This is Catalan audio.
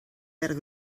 verd